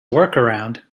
workaround